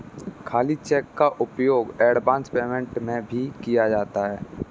खाली चेक का उपयोग एडवांस पेमेंट में भी किया जाता है